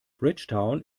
bridgetown